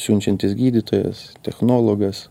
siunčiantis gydytojas technologas